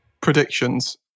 Predictions